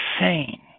Insane